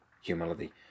humility